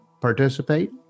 participate